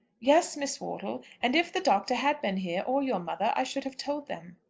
yes, miss wortle. and if the doctor had been here, or your mother, i should have told them.